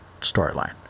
storyline